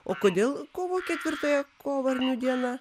o kodėl kovo ketvirtąją kovarnių diena